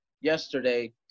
yesterday